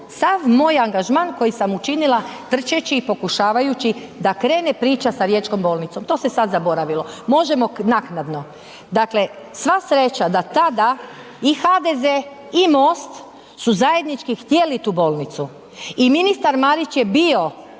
sav moj angažman koji sam učinila trčeći i pokušavajući da krene priča sa riječkom bolnicom. To se sad zaboravilo, možemo naknadno. Dakle, sva sreća da tada i HDZ i MOST su zajednički htjeli tu bolnicu i ministar Marić je bio